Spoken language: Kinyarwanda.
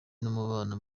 n’umubano